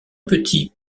petit